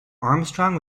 armstrong